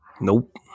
Nope